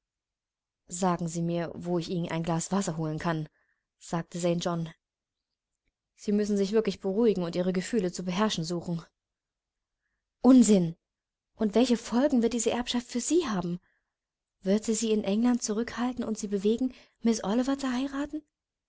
sagen sie mir wo ich ihnen ein glas wasser holen kann sagte st john sie müssen sich wirklich beruhigen und ihre gefühle zu beherrschen suchen unsinn und welche folgen wird diese erbschaft für sie haben wird sie sie in england zurückhalten und sie bewegen miß oliver zu heiraten